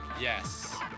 Yes